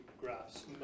graphs